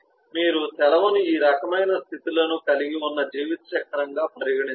మీరు సెలవును ఈ రకమైన స్థితి లను కలిగి ఉన్న జీవితచక్రంగా పరిగణించవచ్చు